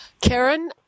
Karen